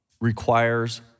requires